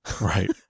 Right